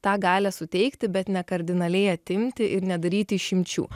tą galią suteikti bet ne kardinaliai atimti ir nedaryti išimčių